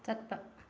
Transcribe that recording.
ꯆꯠꯄ